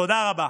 תודה רבה.